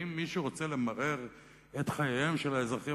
האם מישהו רוצה למרר את חייהם של האזרחים